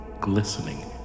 glistening